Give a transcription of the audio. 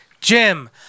Jim